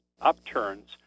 upturns